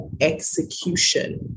execution